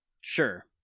Sure